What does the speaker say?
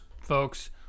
folks